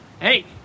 Hey